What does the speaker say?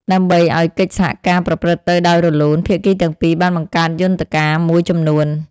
ដើម្បីឱ្យកិច្ចសហការប្រព្រឹត្តទៅដោយរលូន ភាគីទាំងពីរបានបង្កើតយន្តការមួយចំនួន។